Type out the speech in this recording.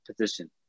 position